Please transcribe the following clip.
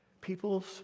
people's